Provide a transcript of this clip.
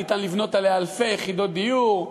ניתן לבנות עליה אלפי יחידות דיור,